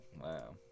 Wow